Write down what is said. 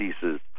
pieces